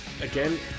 again